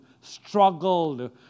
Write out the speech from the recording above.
struggled